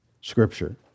scripture